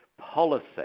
policy